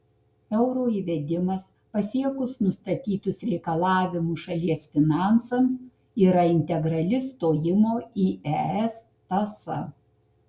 euro įvedimas pasiekus nustatytus reikalavimus šalies finansams yra integrali stojimo į es tąsa